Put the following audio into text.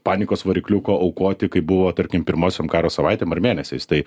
panikos varikliuko aukoti kaip buvo tarkim pirmosiom karo savaitėm ar mėnesiais tai